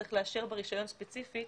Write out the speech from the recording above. צריך לאשר ברישיון ספציפית